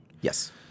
Yes